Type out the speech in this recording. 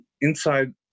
inside